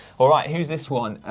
alright, who's this one,